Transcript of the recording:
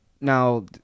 Now